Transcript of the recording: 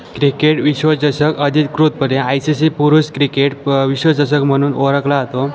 cricket विश्वचषक अधिकृतपणे I C C पुरुष क्रिकेट प विश्वचषक म्हणून ओळखला आतो